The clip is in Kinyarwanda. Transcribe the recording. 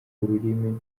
ururimi